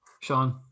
Sean